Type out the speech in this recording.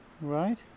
Right